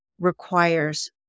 requires